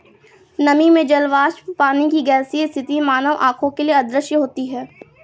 नमी में जल वाष्प पानी की गैसीय स्थिति मानव आंखों के लिए अदृश्य होती है